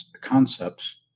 concepts